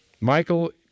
Michael